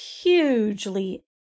hugely